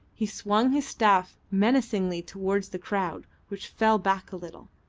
he swung his staff menacingly towards the crowd, which fell back a little.